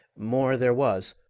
more there was,